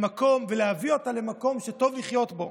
ולהביא אותה למקום שטוב לחיות בו,